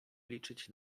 liczyć